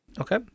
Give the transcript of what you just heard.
Okay